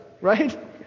Right